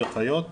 אחיות,